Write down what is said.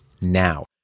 now